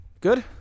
good